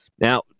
Now